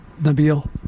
Nabil